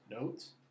notes